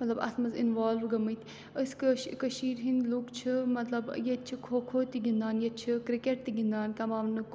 مطلب اَتھ منٛز اِنوالو گٔمٕتۍ أسۍ کٲش کٔشیٖر ہِنٛدۍ لُکھ چھِ مطلب ییٚتہِ چھِ کھو کھو تہِ گِنٛدان ییٚتہِ چھِ کِرکٹ تہِ گِنٛدان کَماونُک